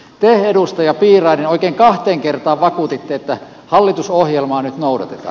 te edustaja piirainen oikein kahteen kertaan vakuutitte että hallitusohjelmaa nyt noudatetaan